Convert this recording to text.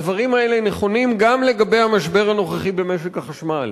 הדברים האלה נכונים גם לגבי המשבר הנוכחי במשק החשמל: